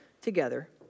together